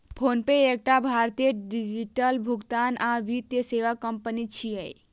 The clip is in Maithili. फोनपे एकटा भारतीय डिजिटल भुगतान आ वित्तीय सेवा कंपनी छियै